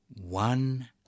one